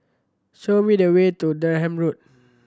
show me the way to Durham Road